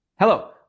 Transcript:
Hello